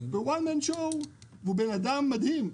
גבי נבון הוא אדם מדהים,